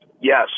Yes